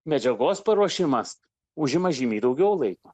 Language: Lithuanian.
medžiagos paruošimas užima žymiai daugiau laiko